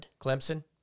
Clemson